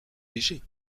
léger